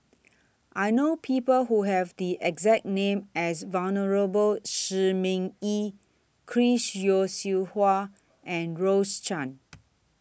I know People Who Have The exact name as Venerable Shi Ming Yi Chris Yeo Siew Hua and Rose Chan